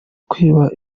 kwiba